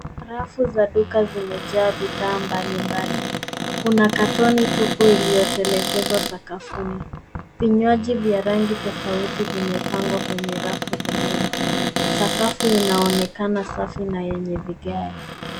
Rafu za duka zimejaa bidhaa mbalimbali. Kuna katoni tupu iliyotelekeza sakafuni. vinywaji vya rangi tofauti vimepangwa kwenye rafu za nyumba. Sakafu inaonekana safi na yenye vigae.